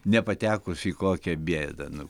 nepatekus į kokią bėdą